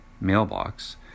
mailbox